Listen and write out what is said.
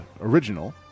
original